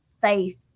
faith